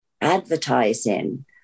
advertising